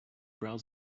browsed